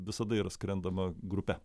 visada yra skrendama grupe